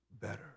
better